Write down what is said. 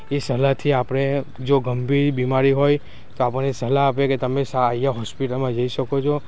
એ સલાહથી આપણે જો ગંભીર બીમારી હોય તો આપણને સલાહ આપે કે તમે અહીંયા હોસ્પિટલમાં જઈ શકો છો